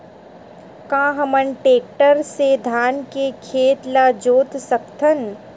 का हमन टेक्टर से धान के खेत ल जोत सकथन?